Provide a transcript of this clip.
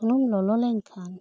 ᱥᱩᱱᱩᱢ ᱞᱚᱞᱚ ᱞᱮᱱ ᱠᱷᱟᱱ